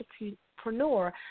entrepreneur